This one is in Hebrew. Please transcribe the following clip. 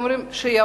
הם אומרים שיבוא,